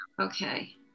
okay